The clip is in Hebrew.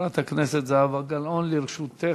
חברת הכנסת זהבה גלאון, לרשותך.